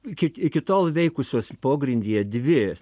iki iki tol veikusios pogrindyje dvi